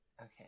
Okay